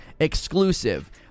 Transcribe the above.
exclusive